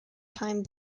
time